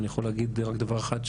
אני יכול להגיד רק דבר אחד,